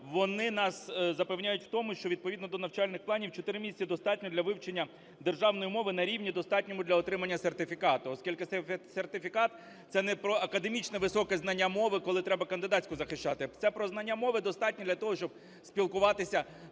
вони нас запевняють у тому, що відповідно до навчальних планів чотири місяці достатньо для вивчення державної мови на рівні, достатньому для отримання сертифікату, оскільки сертифікат – це не про академічне високе знання мови, коли треба кандидатську захищати, це про знання мови, достатнє для того, щоб спілкуватися